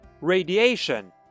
Radiation